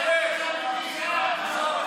תקרא למרגי, תעבור